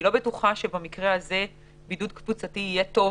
אני לא בטוחה שבמקרה הזה בידוד קבוצתי יהיה טוב